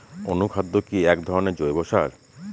অনুখাদ্য কি এক ধরনের জৈব সার?